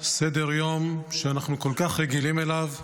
סדר יום שאנחנו כל כך רגילים אליו.